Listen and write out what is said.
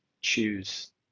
choose